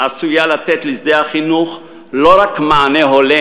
עשויה לתת לשדה החינוך לא רק מענה הולם